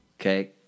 Okay